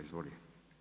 Izvolite.